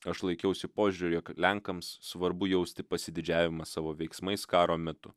aš laikiausi požiūrio jog lenkams svarbu jausti pasididžiavimą savo veiksmais karo metu